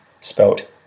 spelt